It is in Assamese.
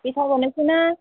পিঠা বনাইছেনে